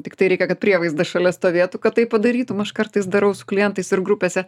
tiktai reikia kad prievaizdas šalia stovėtų kad tai padarytum aš kartais darau su klientais ir grupėse